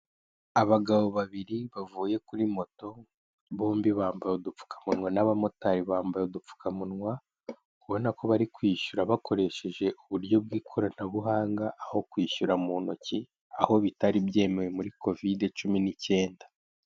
Abagabo babiri bavuye kuri moto bombi bambaye udupfukamunwa n'abamotari bambaye udupfukamunwa, ubona ko bari kwishyura bakoresheje uburyo bw'ikoranabuhanga aho kwishyura mu ntoki, aho bitari byemewe muri kovide cumi n'icyenda.